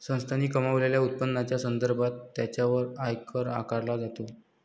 संस्थांनी कमावलेल्या उत्पन्नाच्या संदर्भात त्यांच्यावर आयकर आकारला जातो